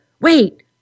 wait